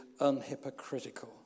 unhypocritical